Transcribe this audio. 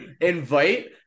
Invite